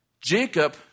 Jacob